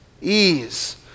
ease